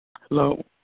hello